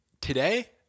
today